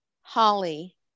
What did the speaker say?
holly